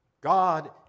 God